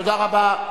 תודה רבה.